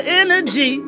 energy